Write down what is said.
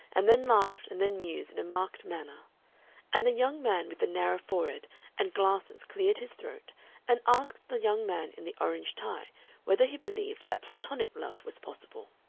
and then laughed and then mused in a marked manner and the young man with the narrow forehead and glasses cleared his throat and asked the young man in the orange tie whether he believed that platonic love was possible.